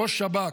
ראש שב"כ,